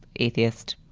atheist,